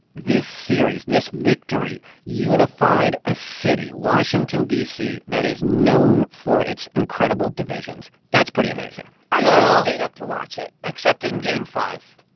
this series, this victory, unified a city washington, d c. that is known for its incredible divisions. that's pretty amazing i even. well. stayed up to watch it except in game five